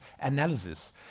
analysis